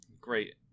Great